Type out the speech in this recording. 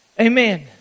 Amen